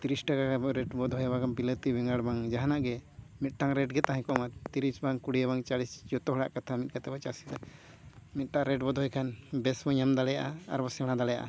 ᱛᱤᱨᱤᱥ ᱴᱟᱠᱟ ᱜᱮ ᱨᱮᱴ ᱵᱚ ᱫᱚᱦᱚᱭᱢᱟ ᱵᱤᱞᱟᱹᱛᱤ ᱵᱮᱜᱟᱲ ᱵᱟᱝ ᱡᱟᱦᱟᱱᱟᱜ ᱜᱮ ᱢᱤᱫᱴᱟᱝ ᱨᱮᱴ ᱜᱮ ᱛᱟᱦᱮᱸ ᱠᱚᱜᱢᱟ ᱛᱤᱨᱤᱥ ᱵᱟᱝ ᱠᱩᱲᱤᱭᱟ ᱵᱟᱝ ᱪᱚᱞᱞᱤᱥ ᱡᱚᱛᱚ ᱦᱚᱲᱟᱜ ᱠᱟᱛᱷᱟ ᱢᱤᱫ ᱠᱟᱛᱮᱫ ᱵᱚ ᱪᱟᱥᱟ ᱢᱤᱫᱴᱟᱝ ᱨᱮᱴ ᱵᱚ ᱫᱚᱦᱚᱭ ᱠᱷᱟᱱ ᱵᱮᱥ ᱵᱚ ᱧᱟᱢ ᱫᱟᱲᱮᱭᱟᱜᱼᱟ ᱟᱨ ᱵᱚ ᱥᱮᱬᱟ ᱫᱟᱲᱮᱭᱟᱜᱼᱟ